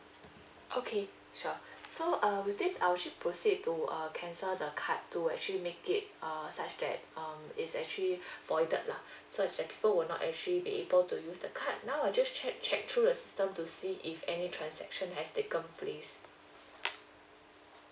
okay sure so uh with this I'll actually proceed to uh cancel the card to actually make it uh such that um it's actually voided lah so is that people will not actually be able to use the card now I just check check through the system to see if any transaction has taken place